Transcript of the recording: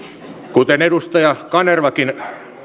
kuten edustaja kanervakin